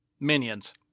Minions